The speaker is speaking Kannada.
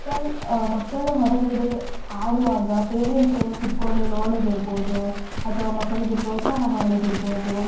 ಮಕ್ಕಳು ಮಕ್ಕಳು ಹೊರಗಡೆ ಆಡುವಾಗ ಪೇರೆಂಟ್ಸ್ ಕೂತ್ಕೊಂಡು ನೋಡೋದಿರ್ಬೋದು ಅಥವಾ ಮಕ್ಕಳಿಗೆ ಪ್ರೋತ್ಸಾಹ ಮಾಡೋದಿರ್ಬೋದು